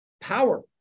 power